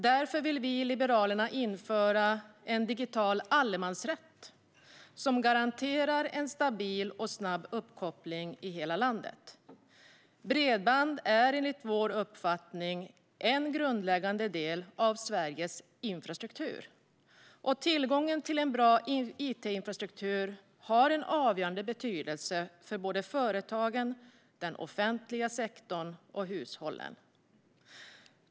Därför vill vi i Liberalerna införa en digital allemansrätt som garanterar en stabil och snabb uppkoppling i hela landet. Bredband är enligt vår uppfattning en grundläggande del av Sveriges infrastruktur. Tillgång till en bra it-infrastruktur har en avgörande betydelse för företagen, den offentliga sektorn och hushållen.